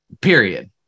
Period